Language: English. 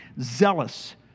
zealous